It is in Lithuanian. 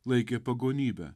laikė pagonybe